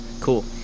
Cool